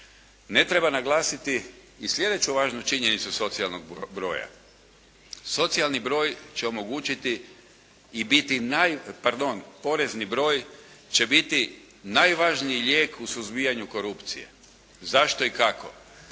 Ne treba naglasiti i slijedeću važnu činjenicu socijalnog broja. Socijalni broj će omogućiti i biti, pardon porezni broj će biti najvažniji lijek u suzbijanju korupcije. Zašto i kako?